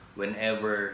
whenever